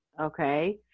Okay